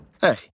Hey